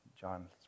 John